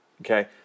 okay